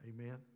Amen